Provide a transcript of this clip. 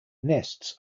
nests